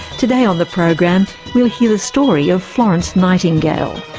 today on the program we'll hear the story of florence nightingale.